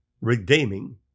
Redeeming